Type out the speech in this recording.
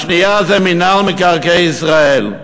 השנייה זה מינהל מקרקעי ישראל.